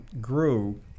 grew